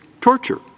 torture